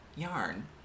yarn